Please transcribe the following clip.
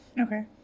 Okay